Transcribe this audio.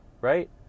Right